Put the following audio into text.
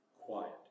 quiet